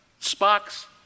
Spock's